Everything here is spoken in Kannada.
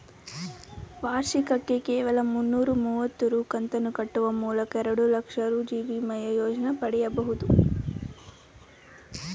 ವಾರ್ಷಿಕಕ್ಕೆ ಕೇವಲ ಮುನ್ನೂರ ಮುವತ್ತು ರೂ ಕಂತನ್ನು ಕಟ್ಟುವ ಮೂಲಕ ಎರಡುಲಕ್ಷ ರೂ ಜೀವವಿಮೆಯ ಯೋಜ್ನ ಪಡೆಯಬಹುದು